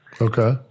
Okay